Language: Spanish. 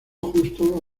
justo